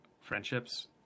friendships